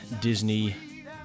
Disney